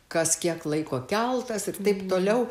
kas kiek laiko keltas ir taip toliau